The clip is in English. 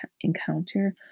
encounter